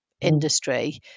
industry